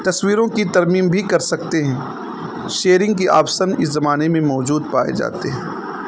تصویروں کی ترمیم بھی کر سکتے ہیں شیئرنگ کی آپسن اس زمانے میں موجود پائے جاتے ہیں